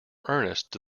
ernest